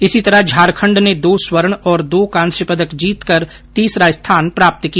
इसी तरह झारखंड ने दो स्वर्ण और दो कांस्य पदक जीतकर तीसरा स्थान प्राप्त किया